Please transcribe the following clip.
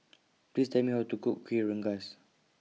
Please Tell Me How to Cook Kuih Rengas